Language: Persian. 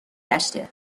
گشته